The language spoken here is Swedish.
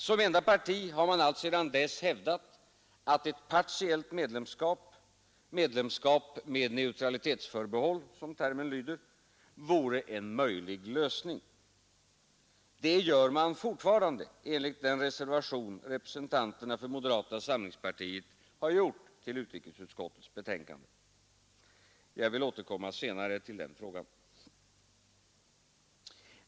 Som enda parti har man alltsedan dess hävdat att ett partiellt medlemskap — medlemskap med neutralitetsförbehåll, som termen lyder — var en möjlig lösning. Det gör man fortfarande enligt den reservation representanterna för moderata samlingspartiet gjort till utrikesutskottets betänkande. Jag vill återkomma senare till den frågan.